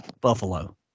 Buffalo